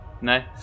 No